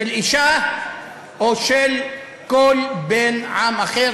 של אישה או של כל בן עם אחר,